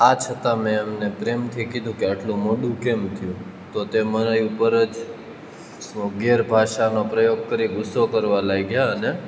આ છતાં મેં એમને પ્રેમથી કીધું કે આટલું મોડું કેમ થયું તો તે મારી ઉપર જ સ ગેર ભાષાનો પ્રયોગ કરી ગુસ્સો કરવા લાગ્યા અને